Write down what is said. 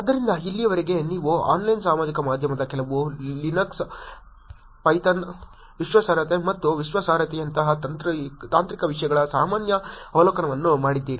ಆದ್ದರಿಂದ ಇಲ್ಲಿಯವರೆಗೆ ನೀವು ಆನ್ಲೈನ್ ಸಾಮಾಜಿಕ ಮಾಧ್ಯಮದ ಕೆಲವು ಲಿನಕ್ಸ್ ಪೈಥಾನ್ ವಿಶ್ವಾಸಾರ್ಹತೆ ಮತ್ತು ವಿಶ್ವಾಸಾರ್ಹತೆಯಂತಹ ತಾಂತ್ರಿಕ ವಿಷಯಗಳ ಸಾಮಾನ್ಯ ಅವಲೋಕನವನ್ನು ಮಾಡಿದ್ದೀರಿ